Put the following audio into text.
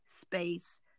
space